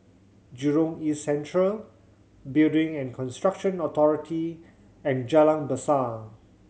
Jurong East Central Building and Construction Authority and Jalan Besar